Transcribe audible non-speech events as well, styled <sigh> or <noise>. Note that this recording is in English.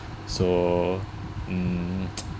<breath> so mm <noise>